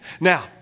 Now